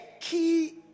key